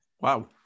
Wow